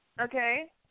Okay